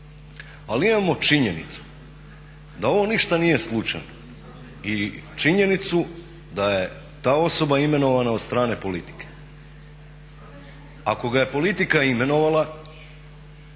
Ali imao činjenicu da ovo ništa nije slučajno i činjenicu da je ta osoba imenovana od strane politike. Ako ga je politika imenovala